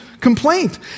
complaint